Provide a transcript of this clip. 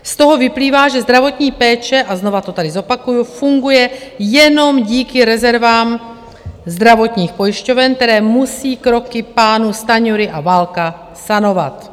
Z toho vyplývá, že zdravotní péče a znova to tady zopakuju funguje jenom díky rezervám zdravotních pojišťoven, které musí kroky pánů Stanjury a Válka sanovat.